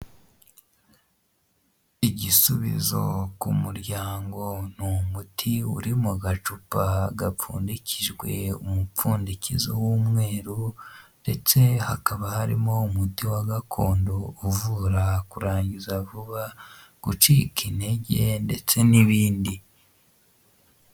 Igisubizo ku muryango ni umuti uri mu gacupa gapfundikijwe umupfundikizo w'umweru, ndetse hakaba harimo umuti wa gakondo uvura kurangiza vuba, gucika intege ndetse n'ibindi.